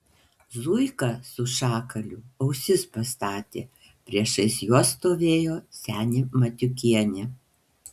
zuika su šakaliu ausis pastatė priešais juos stovėjo senė matiukienė